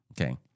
okay